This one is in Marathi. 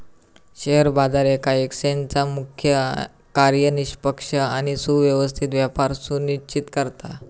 शेअर बाजार येका एक्सचेंजचा मुख्य कार्य निष्पक्ष आणि सुव्यवस्थित व्यापार सुनिश्चित करता